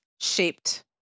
shaped